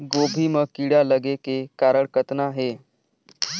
गोभी म कीड़ा लगे के कारण कतना हे?